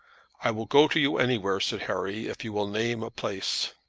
i will go to you anywhere, said harry, if you will name a place.